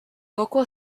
local